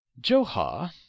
Johar